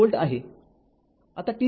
आता t०